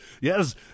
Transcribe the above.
yes